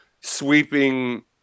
sweeping